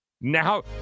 Now